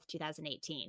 2018